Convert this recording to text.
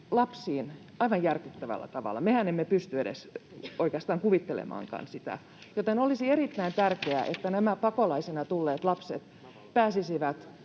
lapsiin aivan järkyttävällä tavalla. Mehän emme pysty edes oikeastaan kuvittelemaankaan sitä, joten olisi erittäin tärkeää, että nämä pakolaisina tulleet lapset pääsisivät